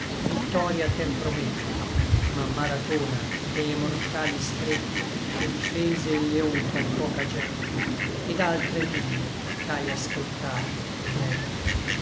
victoria t'empromette ma marathona et le mortali strette che difese il leon con poca gente et altre mille ch'ài ascoltate et lette